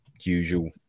usual